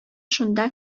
шунда